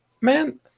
Man